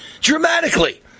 dramatically